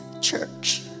church